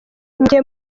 njye